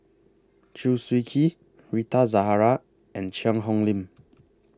Chew Swee Kee Rita Zahara and Cheang Hong Lim